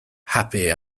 happy